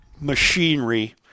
Machinery